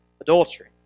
adultery